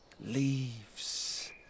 Leaves